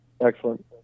Excellent